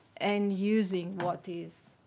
and using what is,